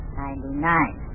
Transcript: ninety-nine